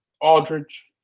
Aldridge